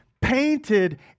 painted